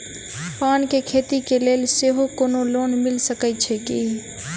पान केँ खेती केँ लेल सेहो कोनो लोन मिल सकै छी की?